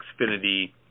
Xfinity